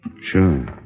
Sure